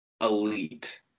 elite